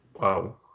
Wow